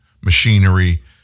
machinery